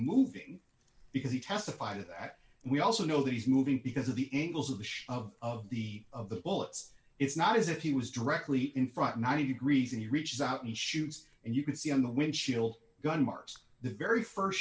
moving because he testified that we also know that he's moving because of the angles of the of the of the bullets it's not as if he was directly in front of ninety degrees and he reaches out and shoots and you can see on the windshield gun marks the very